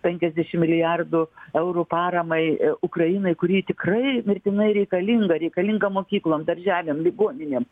penkiasdešim milijardų eurų paramai ukrainai kuri tikrai mirtinai reikalinga reikalinga mokyklom darželiam ligoninėm